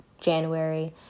January